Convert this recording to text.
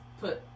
put